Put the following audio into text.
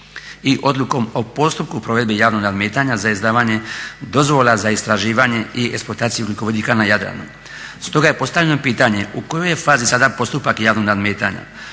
I odlukom o postupku provedbe javnog nadmetanja za izdavanje dozvola za istraživanje i eksploataciju ugljikovodika na Jadranu. Stoga je postavljeno pitanje u kojoj je fazi sada postupak javnog nadmetanja,